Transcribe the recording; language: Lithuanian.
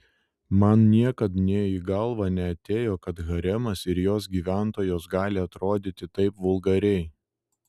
man niekad nė į galvą neatėjo kad haremas ir jos gyventojos gali atrodyti taip vulgariai